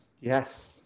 Yes